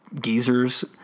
geezers